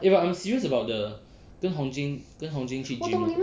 eh but I'm serious about the 跟 hong jun 跟 hong jun 去 gym eh